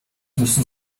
müssen